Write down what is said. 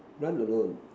run alone